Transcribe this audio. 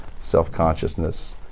self-consciousness